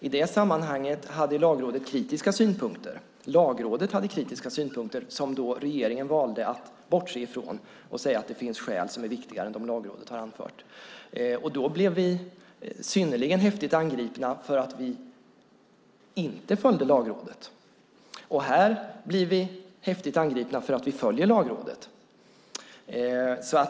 I det sammanhanget hade Lagrådet kritiska synpunkter som regeringen valde att bortse ifrån och säga att det finns skäl som är viktigare än de Lagrådet har anfört. Då blev vi synnerligen häftigt angripna för att vi inte följde Lagrådet, och här blir vi häftigt angripna för att vi följer Lagrådet.